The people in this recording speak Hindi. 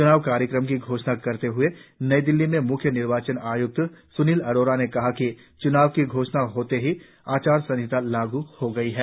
च्नाव कार्यक्रम की घोषणा करते हए नई दिल्ली में म्ख्य निर्वाचन आय्क्त स्नील अरोडा ने कहा कि च्नाव की घोषणा होते ही आचारसंहिता लागू हो गई है